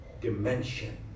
dimension